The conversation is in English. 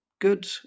good